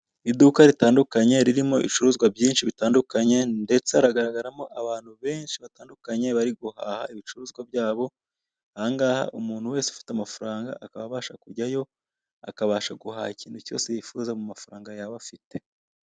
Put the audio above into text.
Iduka ritandukanye ririmo ibicuruzwa byinshi bitandukanye ndetse haragaragaramo abantu benshi batandukanye bari guhaha ibicuruzwa byabo ahangaha umuntu wese ufite amafaranga akaba abasha kujyayo akabasha guhaha ikintu cyose yifuza mu mafaranga yaba afite.